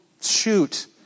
shoot